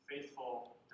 faithful